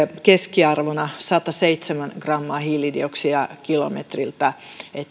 keskiarvona sataseitsemän grammaa hiilidioksidia kilometriltä